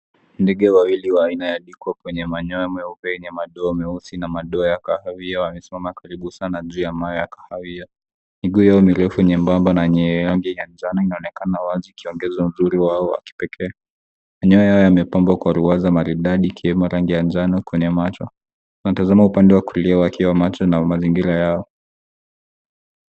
Ndege wawili wa aina ya mikopo yenye manyoa meupe yenye madoa meusi na madoa kahawia wamesimama karibu Sana juu ya mawe ya kahawia, miguu yao nyembamba na nyingine inaonekana wazi ikiongezwa uzuri wao wa kipekee maeneo hayo yamepambwa kwa ruwaza maridadi ikiwemo rangi ya njano kwenye macho wanatazama upande wa kulia wakiwa macho na mazingira yao.